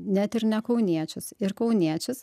net ir ne kauniečius ir kauniečius